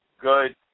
good